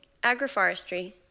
agroforestry